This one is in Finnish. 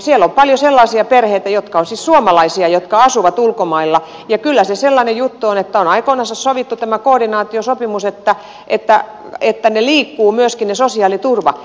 siellä on paljon sellaisia perheitä jotka ovat suomalaisia jotka asuvat ulkomailla ja kyllä se sellainen juttu on että on aikoinansa sovittu tämä koordinaatiosopimus että myöskin se sosiaaliturva liikkuu